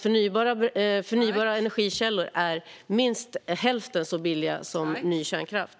Förnybara energikällor är mindre än hälften så dyra som ny kärnkraft.